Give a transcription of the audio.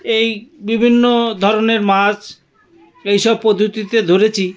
এই বিভিন্ন ধরনের মাছ এইসব পদ্ধতিতে ধরেছি